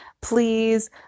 Please